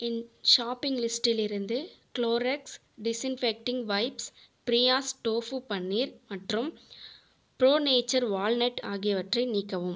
என் shopping லிஸ்டிலிருந்து Clorox disinfecting wipes Priya's tofu paneer மற்றும் ProNature walnut ஆகியவற்றை நீக்கவும்